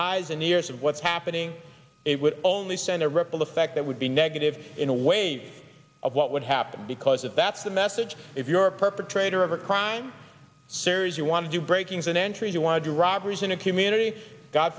eyes and ears of what's happening it would only send a ripple effect that would be negative in a wave of what would happen because if that's the message if you're a perpetrator of a crime series you want to do breakings an entry you want to do robberies in a community god